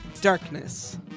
darkness